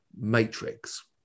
Matrix